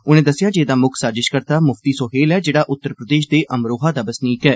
उनें दस्सेआ जे एह्दा मुक्ख साजिषकर्ता मुफ्ती सोहेल ऐ जेड़ा उत्तर प्रदेष दे अमरोहा दा बसनीक ऐ